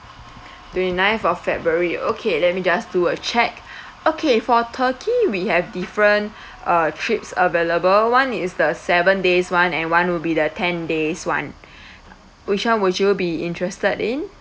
twenty ninth of february okay let me just do a check okay for turkey we have different uh trips available one is the seven days one and one will be the ten days one which one would you be interested in